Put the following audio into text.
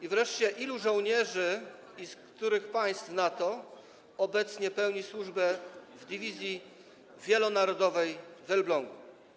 I wreszcie: Ilu żołnierzy i z których państw NATO obecnie pełni służbę w dywizji wielonarodowej w Elblągu?